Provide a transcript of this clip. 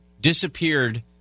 Disappeared